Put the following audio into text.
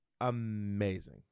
amazing